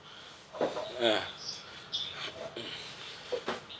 ah